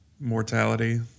mortality